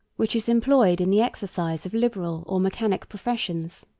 which is employed in the exercise of liberal or mechanic professions.